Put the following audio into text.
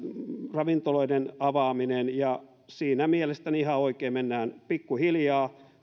ravintoloiden avaaminen ja siinä mielestäni ihan oikein mennään pikkuhiljaa